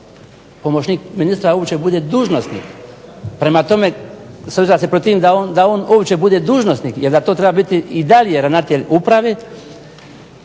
pomoćnik ministra uopće bude dužnosnik. Prema tome s obzirom da se protivim da on uopće bude dužnosnik jer da to treba biti i dalje ravnatelj uprave